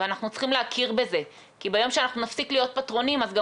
אני קצת בספק, משום